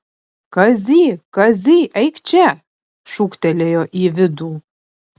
kazy kazy eik čia šūktelėjo į vidų